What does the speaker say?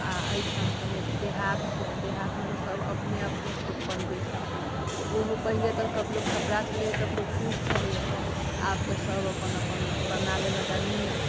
आ एहिठाम तऽ देहात छै तऽ देहातमे तऽ सभ अपने अपने बनबै छै तऽ ओहो तऽ पहिले ककरो खपरा छलैया ककरो फूस छलैया आब तऽ सभ अपन अपन बना लेलक नीक